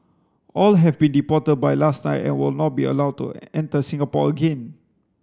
all have been deported by last night and will not be allowed to enter Singapore again